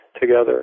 together